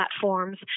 platforms